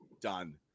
done